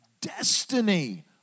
Destiny